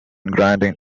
granting